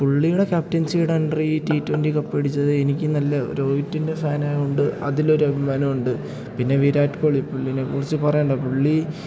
പുള്ളിയുടെ കാപ്റ്റൻസിയുടെ അണ്ടറിൽ ടി ട്വൻറ്റി കപ്പ് അടിച്ചത് എനിക്ക് നല്ല രോഹിത്തിൻ്റെ ഫാനായതു കൊണ്ട് അതിലൊരുഭിമാനം ഉണ്ട് പിന്നെ വിരാട്ട് കോലി പുള്ളിനെക്കുറിച്ച് പറയേണ്ട പുള്ളി